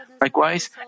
Likewise